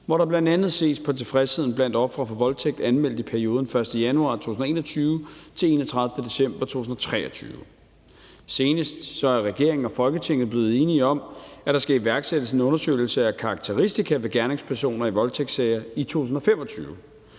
hvor der bl.a. ses på tilfredsheden blandt ofre for voldtægt anmeldt i perioden 1. januar 2021 til 31. december 2023. Senest er regeringen og Folketinget blev enige om, at der skal iværksættes en undersøgelse af karakteristika ved gerningspersoner i voldtægtssager i 2025.